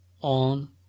on